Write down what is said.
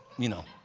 you know.